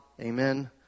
Amen